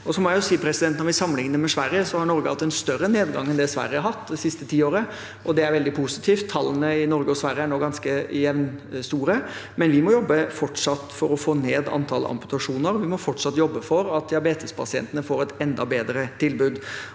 Når vi sammenligner med Sverige, har Norge hatt en større nedgang enn det Sverige har hatt det siste tiåret, og det er veldig positivt. Tallene i Norge og Sverige er nå ganske jevnstore, men vi må fortsatt jobbe for å få ned antall amputasjoner. Vi må fortsatt jobbe for at diabetespasientene får et enda bedre tilbud.